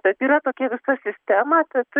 bet yra tokia visa sistema tad